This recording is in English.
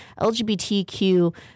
LGBTQ